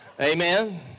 Amen